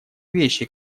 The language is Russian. вещи